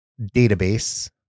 database